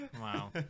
Wow